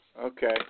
okay